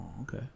okay